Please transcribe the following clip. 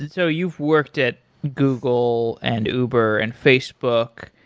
and so you've worked at google and uber and facebook,